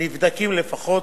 נבדקים לפחות,